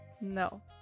No